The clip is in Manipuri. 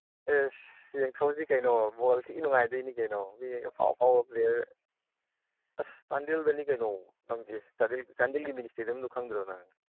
ꯑꯩꯁ ꯌꯦꯡꯊꯣꯛꯎꯁꯤ ꯀꯩꯅꯣ ꯕꯣꯜ ꯊꯤ ꯅꯨꯡꯉꯥꯏꯗꯣꯏꯅꯤ ꯀꯩꯅꯣ ꯑꯩꯈꯣꯏꯒꯤ ꯑꯐꯥꯎ ꯑꯐꯥꯎꯕ ꯄ꯭ꯂꯦꯌꯥꯔ ꯑꯁ ꯆꯥꯟꯗꯦꯜꯗꯅꯤ ꯀꯩꯅꯣ ꯆꯥꯟꯗꯦꯜꯒꯤ ꯃꯤꯅꯤ ꯏꯁꯇꯦꯗꯤꯌꯝꯗꯣ ꯈꯪꯗ꯭ꯔꯣ ꯅꯪ